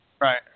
right